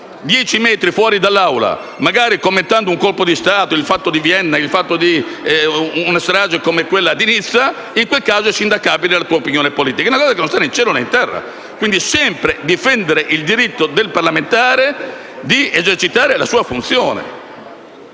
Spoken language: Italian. metri fuori dall'Aula, magari commentando un colpo di Stato, il fatto di Vienna o una strage come quella di Nizza, in quel caso l'opinione politica è sindacabile. È una cosa che non sta né in cielo né in terra. Occorre sempre difendere il diritto del parlamentare ad esercitare la sua funzione;